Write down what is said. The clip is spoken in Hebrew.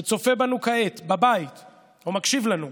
שצופה בנו כעת בבית או מקשיב לנו.